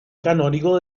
canónigo